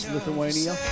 Lithuania